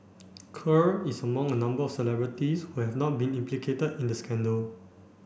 Kerr is among a number of celebrities who have not been implicated in the scandal